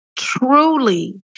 Truly